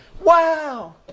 wow